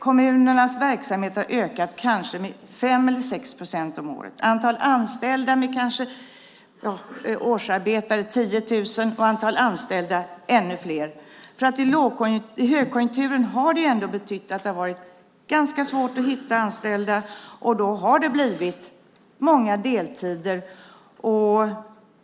Kommunernas verksamhet har ökat med kanske 5 eller 6 procent om året. Antalet årsarbetare har ökat med 10 000 och antalet anställda med ännu fler. I högkonjunkturen har det betytt att det har varit ganska svårt att hitta anställda. Det har blivit många deltider.